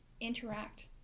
interact